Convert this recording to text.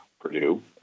Purdue